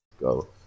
go